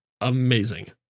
amazing